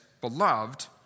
beloved